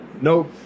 nope